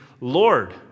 Lord